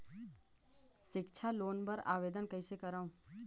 सिक्छा लोन बर आवेदन कइसे करव?